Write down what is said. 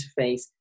interface